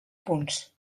punts